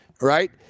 Right